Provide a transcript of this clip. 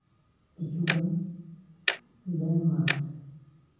ᱠᱤᱪᱷᱩᱜᱟᱱ ᱞᱮᱱᱰᱢᱟᱨᱠ